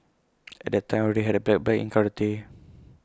at that time I already had A black belt in karate